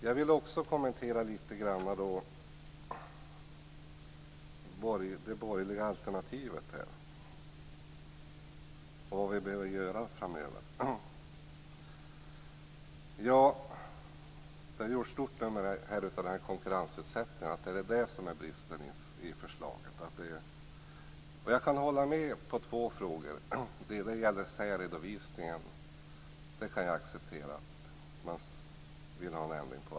Jag vill också kommentera det borgerliga alternativet och frågan om vad vi behöver göra framöver. Det har här gjorts ett stort nummer av konkurrensutsättningen och att det är bristen i förslaget. Jag kan hålla med i två frågor. Det gäller särredovisningen, som jag kan acceptera att man gör en ändring av.